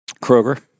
Kroger